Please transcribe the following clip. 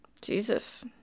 Jesus